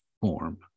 form